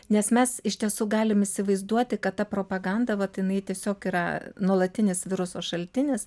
nes mes iš tiesų galim įsivaizduoti kad ta propaganda vat jinai tiesiog yra nuolatinis viruso šaltinis